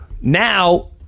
Now